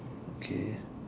okay